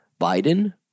Biden